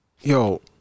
yo